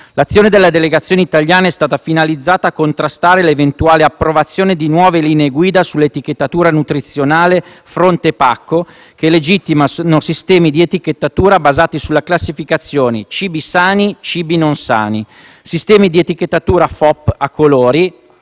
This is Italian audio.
L'azione della delegazione italiana è stata finalizzata a contrastare l'eventuale approvazione di nuove linee guida sull'etichettatura nutrizionale fronte pacco, che legittimano sistemi di etichettatura basati sulla classificazione cibi sani/cibi non sani, sistemi di etichettatura FOP a colori